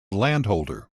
landholder